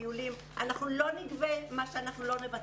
טיולים אנחנו לא נגבה מה שאנחנו לא נבצע.